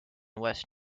west